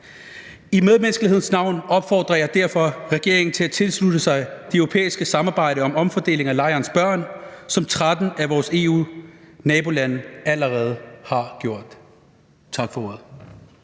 i medmenneskelighedens navn opfordrer jeg derfor regeringen til at tilslutte sig det europæiske samarbejde om omfordeling af lejrens børn, som 13 af vores EU-nabolande allerede har gjort. Tak for ordet.